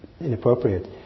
inappropriate